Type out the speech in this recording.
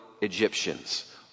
Egyptians